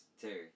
Terry